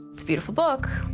it's a beautiful book,